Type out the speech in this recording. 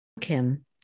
Kim